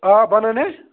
آ بَنَنَے